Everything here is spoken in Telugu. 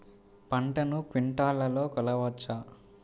పంటను క్వింటాల్లలో కొలవచ్చా?